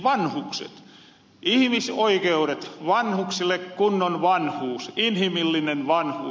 vanhukset ihimisoikeuret vanhuksille kunnon vanhuus inhimillinen vanhuus